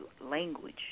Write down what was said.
language